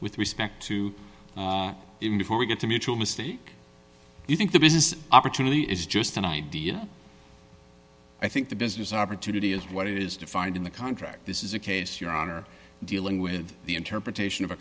with respect to even before we get to mutual mistake you think the business opportunity is just an idea i think the business opportunity is what is defined in the contract this is a case your honor dealing with the interpretation of a